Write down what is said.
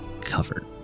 covered